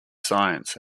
science